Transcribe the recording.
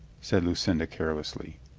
said lucinda care lessly.